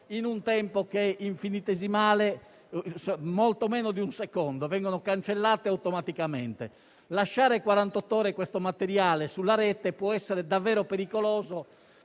in un tempo infinitesimale (molto meno di un secondo) vengono cancellate automaticamente. Lasciare quarantott'ore questo materiale sulla Rete può essere davvero pericoloso